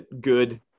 good